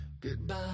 goodbye